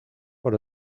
por